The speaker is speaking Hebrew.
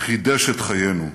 חידש את חיינו.